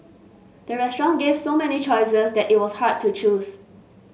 the restaurant gave so many choices that it was hard to choose